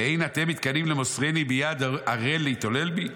ואין אתם מתקנאים למוסרני ביד ערל להתעולל בי?